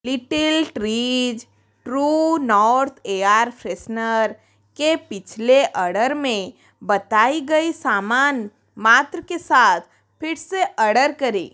लिटि Trees True North air freshener के पिछले order में बताई गई सामान मात्र के साथ फिर से अर्डर करें